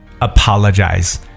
Apologize